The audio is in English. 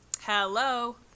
Hello